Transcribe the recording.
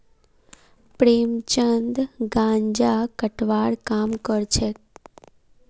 प्रेमचंद गांजा कटवार काम करछेक